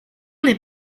n’est